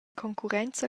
concurrenza